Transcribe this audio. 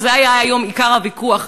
וזה היה היום עיקר הוויכוח.